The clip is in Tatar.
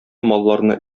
малларны